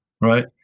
right